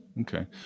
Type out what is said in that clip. okay